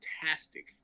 fantastic